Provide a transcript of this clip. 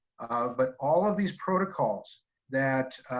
but all of these protocols that,